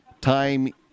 time